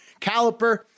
Caliper